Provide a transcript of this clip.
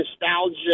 nostalgia